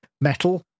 metal